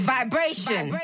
Vibration